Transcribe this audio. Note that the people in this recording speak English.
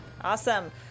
Awesome